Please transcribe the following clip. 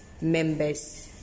members